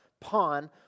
pawn